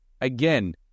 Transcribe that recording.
Again